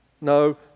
No